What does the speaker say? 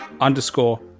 underscore